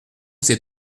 ces